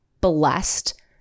blessed